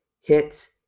hits